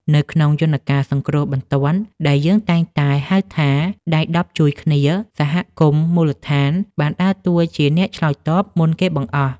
នៅក្នុងយន្តការសង្គ្រោះបន្ទាន់ដែលយើងតែងតែហៅថា ដៃដប់ជួយគ្នា សហគមន៍មូលដ្ឋានបានដើរតួជាអ្នកឆ្លើយតបមុនគេបង្អស់។